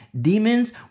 demons